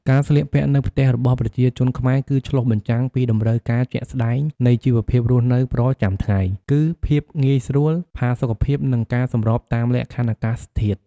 ការស្លៀកពាក់នៅផ្ទះរបស់ប្រជាជនខ្មែរគឺឆ្លុះបញ្ចាំងពីតម្រូវការជាក់ស្តែងនៃជីវភាពរស់នៅប្រចាំថ្ងៃ គឺភាពងាយស្រួល ផាសុកភាព និងការសម្របតាមលក្ខខណ្ឌអាកាសធាតុ។